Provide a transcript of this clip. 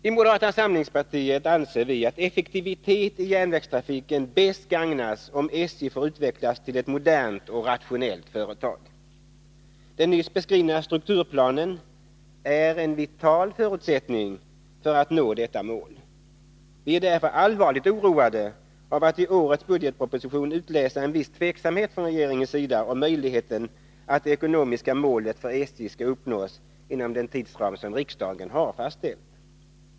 I moderata samlingspartiet anser vi att effektivitet i järnvägstrafiken bäst gagnas om SJ får utvecklas till ett modernt och rationellt företag. Den nyss beskrivna strukturplanen är en vital förutsättning för att nå detta mål. Vi är därför allvarligt oroade av att i årets budgetproposition utläsa en viss tveksamhet från regeringens sida om möjligheten att det ekonomiska målet för SJ skall uppnås inom den tidsram som riksdagen har fastställt.